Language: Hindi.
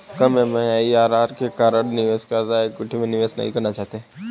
कम एम.आई.आर.आर के कारण निवेशकर्ता इक्विटी में निवेश नहीं करना चाहते हैं